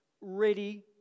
ready